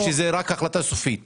או שההחלטה לסגור היא החלטה סופית?